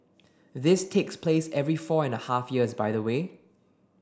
this takes place every four and a half years by the way